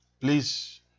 Please